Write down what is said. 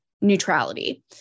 neutrality